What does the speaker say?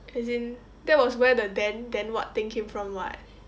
as in that was where the then then what thing came from [what]